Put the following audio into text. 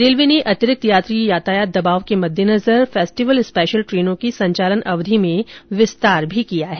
railway ने अतिरिक्त यात्री यातायात दबाव के मददेनजर फेस्टिवल स्पेशनल ट्रेनों की संचालन अवधि में विस्तार किया है